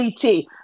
CT